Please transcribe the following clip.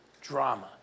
drama